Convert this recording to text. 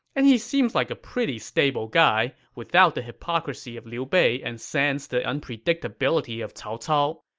and he seems like a pretty stable guy, without the hypocrisy of liu bei and sans the unpredictability of cao cao.